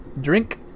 drink